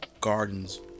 Gardens